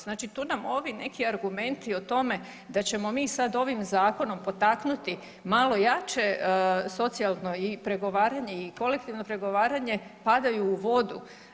Znači tu nam ovi neki argumenti o tome da ćemo mi sad ovim zakonom potaknuti malo jače socijalno i pregovaranje i kolektivno pregovaranje padaju u vodu.